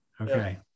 Okay